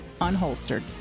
Unholstered